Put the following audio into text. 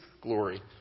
glory